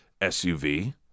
SUV